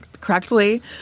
correctly